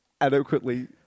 adequately